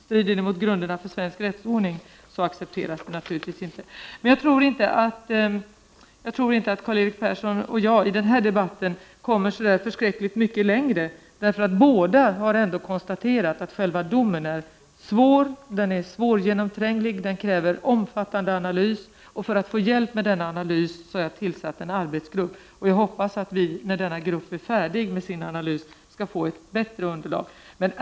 Strider det mot grunderna för svensk rättsordning så accepteras det naturligtvis inte. Jag tror inte att Karl-Erik Persson och jag i den här debatten kommer mycket längre. Vi har båda konstaterat att själva domen är svårgenomtränglig, att den kräver omfattande analys. För att få hjälp med denna analys har jag tillsatt en arbetsgrupp. Jag hoppas att vi, när denna grupp är färdig med sin analys, skall få ett bättre underlag.